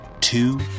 two